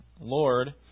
Lord